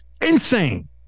Insane